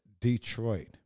Detroit